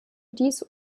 dies